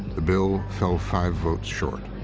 the bill fell five votes short.